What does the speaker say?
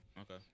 Okay